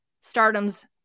Stardom's